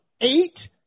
eight